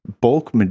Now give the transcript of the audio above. bulk